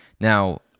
Now